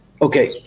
Okay